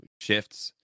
shifts